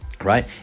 right